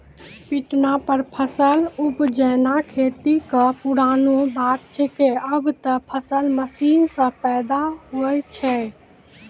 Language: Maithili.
पिटना पर फसल उपजाना खेती कॅ पुरानो बात छैके, आबॅ त फसल मशीन सॅ पैदा होय छै